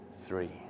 three